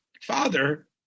father